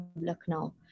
Lucknow